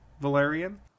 Valerian